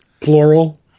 Plural